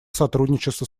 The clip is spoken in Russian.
сотрудничеству